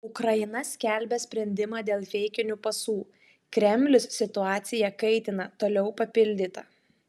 ukraina skelbia sprendimą dėl feikinių pasų kremlius situaciją kaitina toliau papildyta